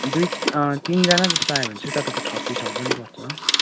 दुई तिनजना जस्तो आयो भने चाहिँ तपाईँको थर्टी थाउजन पर्छ